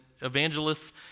evangelists